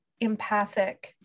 empathic